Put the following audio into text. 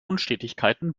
unstetigkeiten